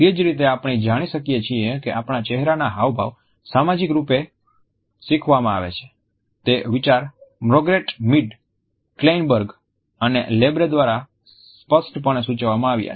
તે જ રીતે આપણે જાણી શકીએ છીએ કે આપણા ચહેરાના હાવભાવ સામાજિક રૂપે શીખવામાં આવે છે તે વિચાર માર્ગ્રેટ મીડ ક્લેઇનબર્ગ અને લેબ્રે દ્વારા સ્પષ્ટપણે સૂચવવામાં આવ્યો છે